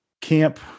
camp